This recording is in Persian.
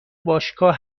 باشگاه